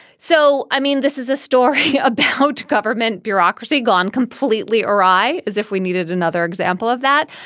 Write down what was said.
so, i mean, this is a story about government bureaucracy gone completely awry, as if we needed another example of that,